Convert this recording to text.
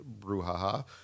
brouhaha